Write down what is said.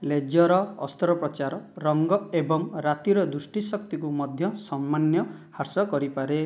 laser ଅସ୍ତ୍ରୋପଚାର ରଙ୍ଗ ଏବଂ ରାତିର ଦୃଷ୍ଟିଶକ୍ତିକୁ ମଧ୍ୟ ସାମାନ୍ୟ ହ୍ରାସ କରିପାରେ